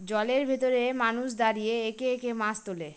জলের ভেতরে মানুষ দাঁড়িয়ে একে একে মাছ তোলে